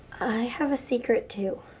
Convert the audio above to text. i have a secret, too.